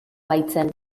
baitzen